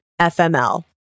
FML